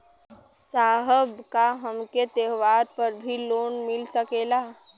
साहब का हमके त्योहार पर भी लों मिल सकेला?